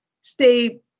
stay